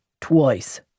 twice